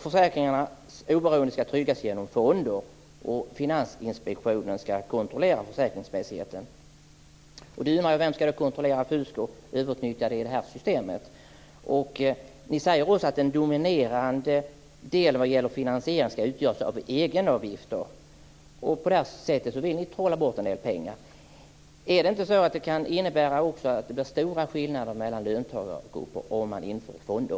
Försäkringarnas oberoende ska tryggas genom fonder och Finansinspektionen ska kontrollera försäkringsmässigheten. Då undrar jag: Vem ska kontrollera fusk och överutnyttjande i det här systemet? Ni säger också att en dominerande del vad gäller finansiering ska utgöras av egenavgifter. På det sättet vill ni trolla bort en del pengar. Är det inte också så att det kan innebära att det blir stora skillnader mellan löntagargrupper om man inför fonder?